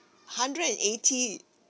hundred and eighty